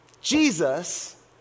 Jesus